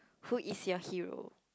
who is your hero